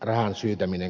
herra puhemies